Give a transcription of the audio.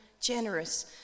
generous